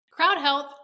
CrowdHealth